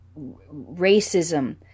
racism